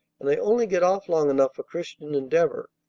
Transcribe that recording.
and i only get off long enough for christian endeavor.